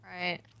right